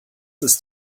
ist